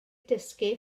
dysgu